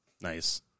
nice